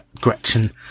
Gretchen